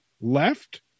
left